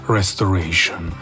Restoration